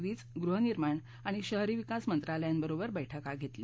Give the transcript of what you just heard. वीज गृहनिर्माण आणि शहरी विकास मंत्रालयांबरोबर बैठका घेतल्या